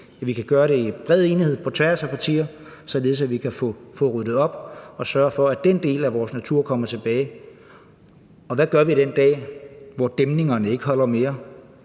at vi kan gøre det i bred enighed, på tværs af partierne, således at vi kan få ryddet op og sørget for, at den del af vores natur kommer tilbage. For hvad gør vi den dag, hvor dæmningerne ikke holder mere,